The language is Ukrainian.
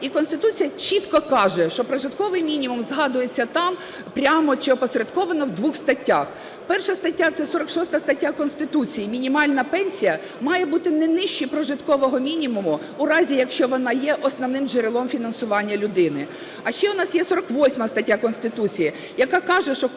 і Конституція чітко каже, що прожитковий мінімум згадується там прямо чи опосередковано в двох статтях. Перша стаття – це 46 стаття Конституції: мінімальна пенсія має бути не нижча прожиткового мінімуму в разі, якщо вона є основним джерелом фінансування людини. А ще у нас є 48 стаття Конституції, яка каже, що кожний